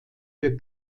für